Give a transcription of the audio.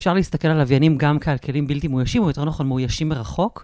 אפשר להסתכל על לוויינים גם כעל כלים בלתי מאוישים, או יותר נכון, מאוישים מרחוק.